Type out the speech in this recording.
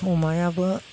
अमायाबो